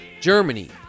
Germany